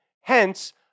Hence